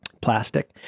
plastic